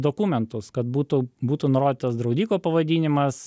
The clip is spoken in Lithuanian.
dokumentus kad būtų būtų nurodytas draudiko pavadinimas